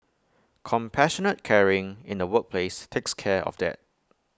compassionate caring in the workplace takes care of that